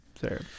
sir